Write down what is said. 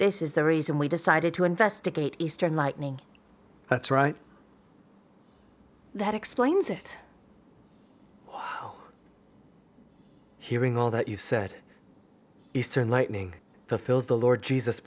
this is the reason we decided to investigate eastern lightning that's right that explains it whole hearing all that you said is certain lightning fulfills the lord jesus